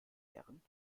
herren